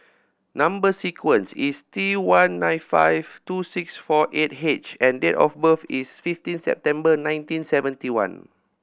number sequence is T one nine five two six four eight H and date of birth is fifteen September nineteen seventy one